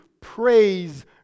praise